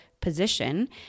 position